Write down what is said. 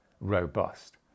robust